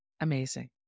amazing